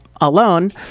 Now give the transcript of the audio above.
alone